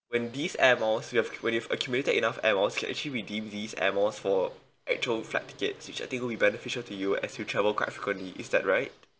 when these air miles you've when you've accumulated enough air miles you can actually redeem these air miles for actual flight tickets which I think will be beneficial to you as you travel quite frequently is that right